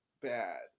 bad